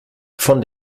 von